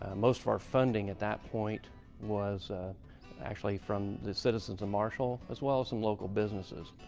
ah most of our funding at that point was actually from the citizens of marshall, as well as some local businesses.